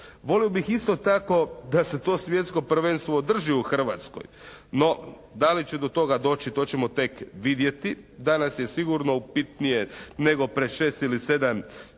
Volio bih isto tako da se to svjetsko prvenstvo održi u Hrvatskoj, no da li će do toga doći to ćemo tek vidjeti. Danas je sigurno upitnije nego pred šest ili sedam